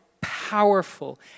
powerful